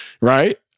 right